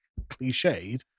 cliched